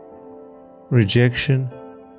Rejection